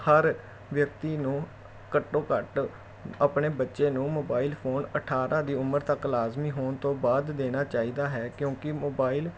ਹਰ ਵਿਅਕਤੀ ਨੂੰ ਘੱਟੋ ਘੱਟ ਆਪਣੇ ਬੱਚੇ ਨੂੰ ਮੋਬਾਈਲ ਫੋਨ ਅਠਾਰਾਂ ਦੀ ਉਮਰ ਤੱਕ ਲਾਜ਼ਮੀ ਹੋਣ ਤੋਂ ਬਾਅਦ ਦੇਣਾ ਚਾਹੀਦਾ ਹੈ ਕਿਉਂਕਿ ਮੋਬਾਇਲ